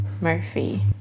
Murphy